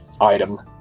item